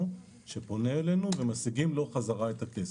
שפונה אלינו ומשיגים לו בחזרה את הכסף.